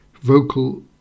vocal